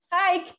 Hi